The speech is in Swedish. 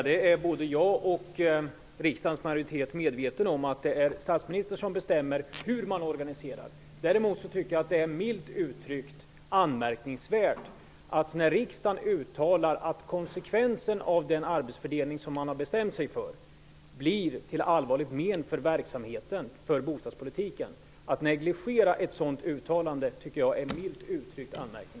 Herr talman! Både jag och riksdagens majoritet är medvetna om att det är statsministern som bestämmer hur man organiserar. Däremot tycker jag att det milt uttryckt är anmärkningsvärt att negligera ett uttalande av riksdagen om att konsekvensen av den arbetsfördelning som man har bestämt sig för blir till allvarligt men för verksamheten, för bostadspolitiken.